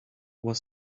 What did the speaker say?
was